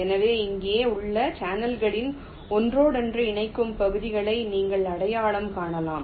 எனவே இங்கே உள்ள சேனல்களின் ஒன்றோடொன்று இணைக்கும் பகுதிகளை நீங்கள் அடையாளம் காணலாம்